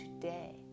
today